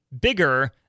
bigger